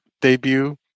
debut